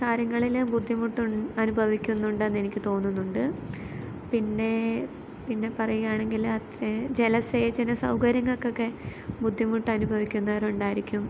കാര്യങ്ങളിൽ ബുദ്ധിമുട്ട് അനുഭവിയ്ക്കുന്നുണ്ടെന്നെനിയ്ക്ക് തോന്നുന്നുണ്ട് പിന്നെ പിന്നെ പറയുകയാണെങ്കിൽ ജലസേവന സവ്കര്യങ്ങൾക്കോക്കെ ബുദ്ധിമുട്ടനുഭവിയ്ക്കുന്നവരുണ്ടാരിക്കും